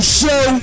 show